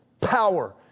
power